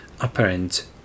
apparent